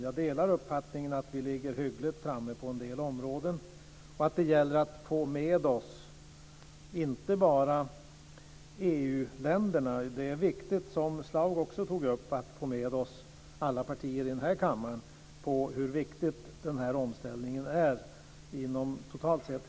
Jag delar uppfattningen att Sverige ligger hyggligt framme på en del områden och att det gäller att få med oss inte bara EU-länderna - det är viktigt att vi också får med oss alla partier i den här kammaren när det gäller hur viktig omställningen är inom hela energisektorn totalt sett.